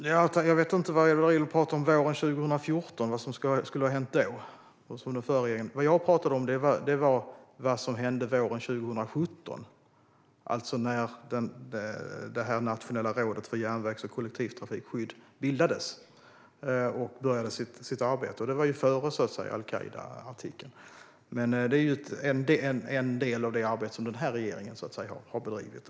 Herr talman! Jag vet inte vad Edward Riedl menar skulle ha hänt och vad den förra regeringen skulle ha gjort våren 2014. Jag talade om vad som hände våren 2017, alltså när det nationella rådet för järnvägs och kollektivtrafikskydd bildades och påbörjade sitt arbete. Och det gjordes före alQaida-artikeln. Det är en del av det arbete som den här regeringen har bedrivit.